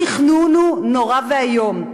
התכנון הוא נורא ואיום.